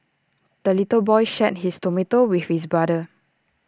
the little boy shared his tomato with his brother